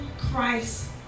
Christ